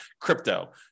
crypto